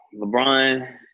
LeBron